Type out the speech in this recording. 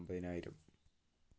അമ്പതിനായിരം